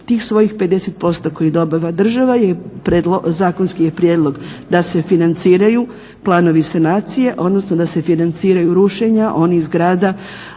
tih svojih 50% koje dobiva država zakonski je prijedlog da se financiraju planovi sanacije, odnosno da se financiraju rušenja onih zgrada